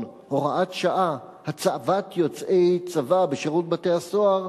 (הוראת שעה) (הצבת יוצאי צבא בשירות בתי-הסוהר)